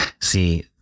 See